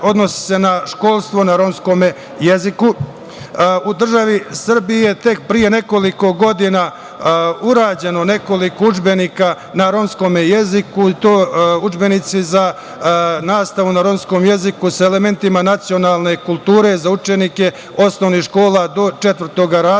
Odnosi se na školstvo na romskom jeziku.U državi Srbiji je tek pre nekoliko godina urađeno nekoliko udžbenika na romskom jeziku i to udžbenici za nastavu na romskom jeziku sa elementima nacionalne kulture za učenike osnovnih škola do četvrtog razreda